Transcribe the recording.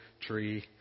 tree